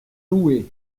loué